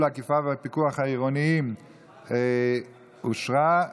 האכיפה והפיקוח העירוניים ברשויות המקומיות (הוראת